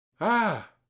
Ah